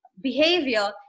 behavior